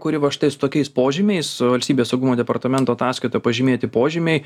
kuri va štai su tokiais požymiais su valstybės saugumo departamento ataskaitoje pažymėti požymiai